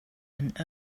and